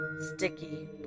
sticky